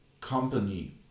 company